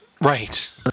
Right